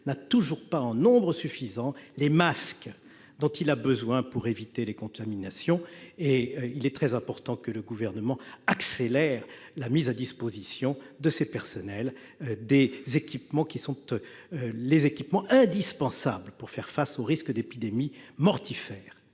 n'a toujours pas, en nombre suffisant, les masques dont il a besoin pour éviter les contaminations. Il est très important que le Gouvernement accélère la mise à disposition, pour ce personnel, des équipements qui sont indispensables, afin de faire face au risque d'épidémie mortifère